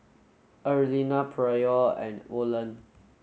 Erlinda Pryor and Olen